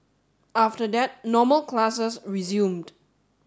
after that normal classes resumed